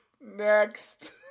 Next